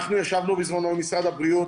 אנחנו ישבנו בזמנו עם משרד הבריאות.